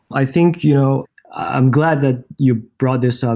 i think you know i'm glad that you brought this up,